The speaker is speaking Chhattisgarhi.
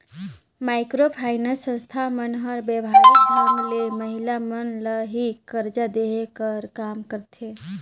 माइक्रो फाइनेंस संस्था मन हर बेवहारिक ढंग ले महिला मन ल ही करजा देहे कर काम करथे